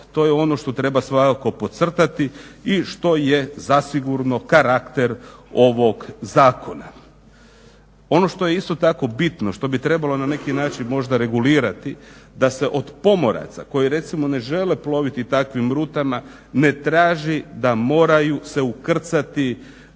To je ono što treba svakako podcrtati i što je zasigurno karakter ovog zakona. Ono što je isto tako bitno što bi trebalo na neki način možda regulirati da se od pomoraca koji recimo ne žele ploviti takvim rutama ne traži da moraju se ukrcati